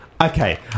Okay